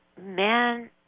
man